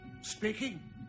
Speaking